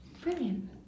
brilliant